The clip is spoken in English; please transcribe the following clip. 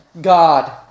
God